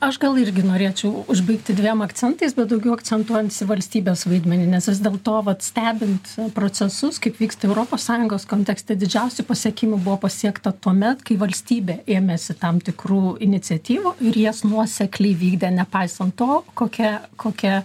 aš gal irgi norėčiau užbaigti dviem akcentais bet daugiau akcentuojantis į valstybės vaidmenį nes vis dėlto vat stebint procesus kaip vyksta europos sąjungos kontekste didžiausių pasiekimų buvo pasiekta tuomet kai valstybė ėmėsi tam tikrų iniciatyvų ir jas nuosekliai vykdė nepaisant to kokia kokia